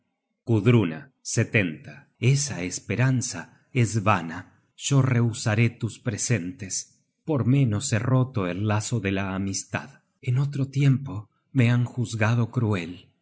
escoger gudrina esa esperanza es vana yo rehusaré tus presentes por menos he roto el lazo de la amistad en otro tiempo me han juzgado cruel